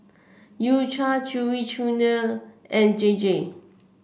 U Cha Chewy Junior and J J